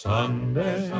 Sunday